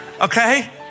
Okay